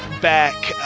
back